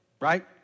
right